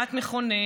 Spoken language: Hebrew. בכוונת מכוון,